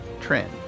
trend